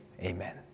amen